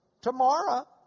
Tomorrow